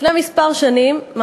לפני כמה שנים,